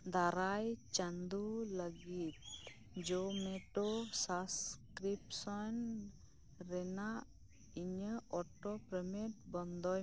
ᱫᱟᱨᱟᱭ ᱪᱟᱸᱫᱳ ᱞᱟᱹᱜᱤᱫ ᱡᱳᱢᱮᱴᱳ ᱥᱟᱵᱽᱥᱠᱨᱤᱯᱥᱚᱱ ᱨᱮᱱᱟᱜ ᱤᱧᱟᱹᱜ ᱚᱴᱳ ᱯᱮᱢᱮᱱᱴ ᱵᱚᱱᱫᱚᱭ ᱢᱮ